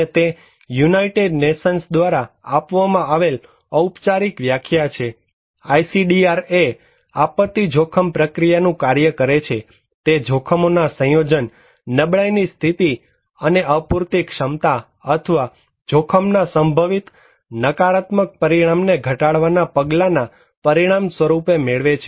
અને તે United Nations દ્વારા આપવામાં આવેલ ઔપચારિક વ્યાખ્યા છે ISDR એ આપત્તિ જોખમ પ્રક્રિયા નું કાર્ય કરે છે તે જોખમોના સંયોજન નબળાઈ ની સ્થિતિ અને અપૂરતી ક્ષમતા અથવા જોખમના સંભવિત નકારાત્મક પરિણામ ને ઘટાડવાના પગલાના પરિણામ સ્વરૂપ મેળવે છે